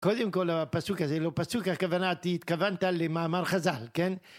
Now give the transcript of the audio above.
קודם כל הפסוק הזה לא פסוק הכוונתי, התכוונת למאמר חזל, כן?